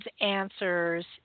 answers